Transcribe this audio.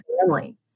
family